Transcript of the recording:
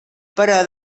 però